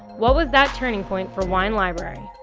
what was that turning point for wine library?